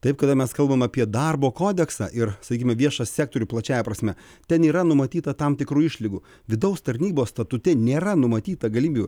taip kada mes kalbam apie darbo kodeksą ir sakykime viešą sektorių plačiąja prasme ten yra numatyta tam tikrų išlygų vidaus tarnybos statute nėra numatyta galimybių